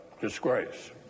disgrace